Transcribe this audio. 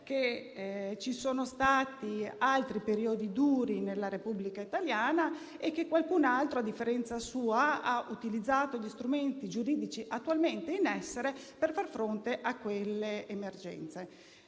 ci sono stati altri periodi duri nella Repubblica italiana e che qualcun altro, a differenza sua, ha utilizzato gli strumenti giuridici attualmente in essere per far fronte a quelle emergenze.